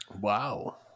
wow